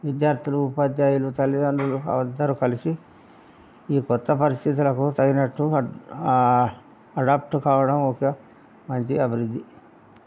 విద్యార్థులు ఉపాధ్యాయులు తల్లిదండ్రులు అందరూ కలిసి ఈ క్రొత్త పరిస్థితులకు తగినట్టు అడాప్ట్ కావడం ఒక మంచి అభివృద్ధి